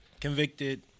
convicted